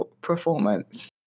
performance